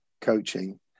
coaching